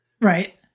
right